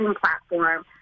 platform